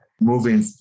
moving